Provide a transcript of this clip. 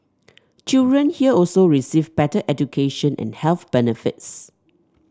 children here also receive better education and health benefits